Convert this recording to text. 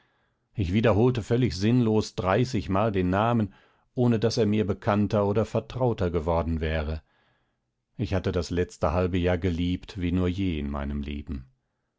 ich wiederholte völlig sinnlos dreißigmal den namen ohne daß er mir bekannter oder vertrauter geworden wäre ich hatte das letzte halbe jahr geliebt wie nur je in meinem leben